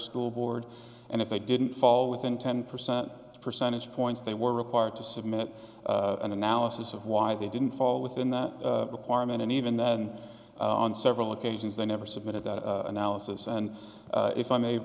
school board and if they didn't fall within ten percent percentage points they were required to submit an analysis of why they didn't fall within that requirement and even then on several occasions they never submitted that analysis and if i may